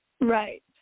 Right